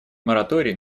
мораторий